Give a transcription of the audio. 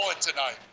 tonight